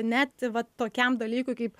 net va tokiam dalykui kaip